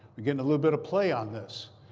we're getting a little bit of play on this.